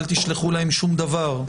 אל תשלחו להם שום דבר.